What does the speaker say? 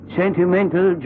sentimental